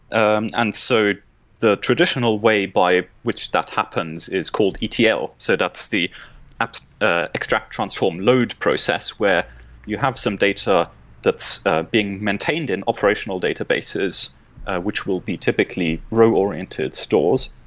and and so the traditional way by which that happens is called etl, so that's the ah ah extract transform load process where you have some data that's being maintained and operational databases which will be typically row-oriented stores.